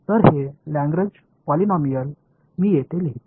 तर हे Lagrange polynomial मी येथे लिहितो